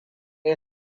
ya